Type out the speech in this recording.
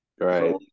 Right